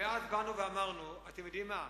ואז באנו ואמרנו: אתם יודעים מה,